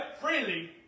freely